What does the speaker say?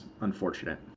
unfortunate